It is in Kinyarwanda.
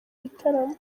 gitaramo